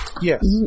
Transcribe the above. Yes